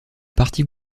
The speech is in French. partie